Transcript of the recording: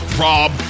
Rob